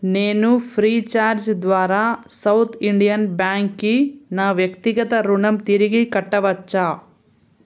నేను ఫ్రీఛార్జ్ ద్వారా South Indian బ్యాంక్కి నా వ్యక్తిగత రుణం తిరిగి కట్టవచ్చా